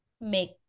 make